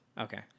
okay